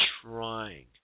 trying